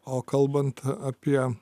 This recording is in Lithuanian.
o kalbant apie